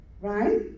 right